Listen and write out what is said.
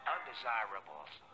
Undesirables